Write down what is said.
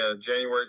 January